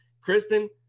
kristen